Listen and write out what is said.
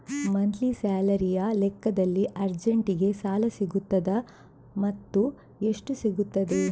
Monthly ಸ್ಯಾಲರಿಯ ಲೆಕ್ಕದಲ್ಲಿ ಅರ್ಜೆಂಟಿಗೆ ಸಾಲ ಸಿಗುತ್ತದಾ ಮತ್ತುಎಷ್ಟು ಸಿಗುತ್ತದೆ?